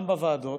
גם בוועדות,